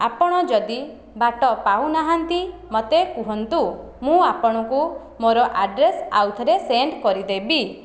ଆପଣ ଯଦି ବାଟ ପାଉନାହାନ୍ତି ମୋତେ କୁହନ୍ତୁ ମୁଁ ଆପଣଙ୍କୁ ମୋର ଆଡ୍ରେସ ଆଉ ଥରେ ସେଣ୍ଡ କରିଦେବି